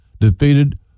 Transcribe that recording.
defeated